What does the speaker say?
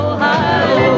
Ohio